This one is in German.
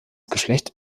geschlecht